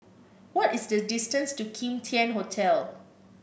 what is the distance to Kim Tian Hotel